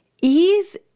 Ease